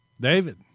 David